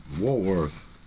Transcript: Woolworth